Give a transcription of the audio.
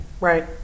Right